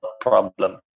problem